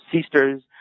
sisters